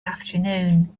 afternoon